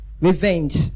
revenge